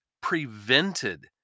prevented